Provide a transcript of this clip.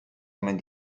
omen